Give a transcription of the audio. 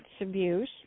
abuse